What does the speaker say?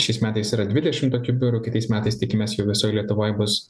šias metais yra dvidešim tokių biurų kitais metais tikimės jų visoj lietuvoj bus